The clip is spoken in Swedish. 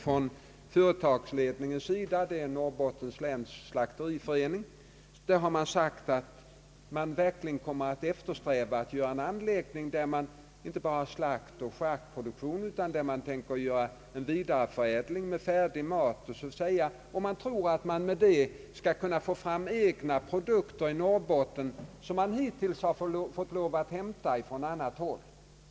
Företagsledningen inom. Norrbottens läns slakteriförening har sagt att man kommer att eftersträva en anläggning där man har inte bara slaktoch charkuterivaruproduktion, utan man tänker vidareförädla råvarorna till färdig mat. Man tror att man med det skall kunna få fram egna produkter i Norrbotten, produkter som hittills fått hämtas från annat håll.